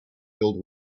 filled